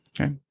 okay